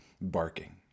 barking